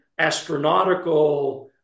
astronautical